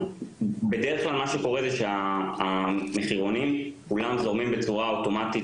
בדרך כלל מה שקורה זה שהמחירונים זורמים בצורה אוטומטית